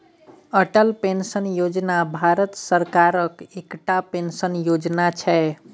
Atal pension योजना भारत सरकारक एकटा पेंशन योजना छै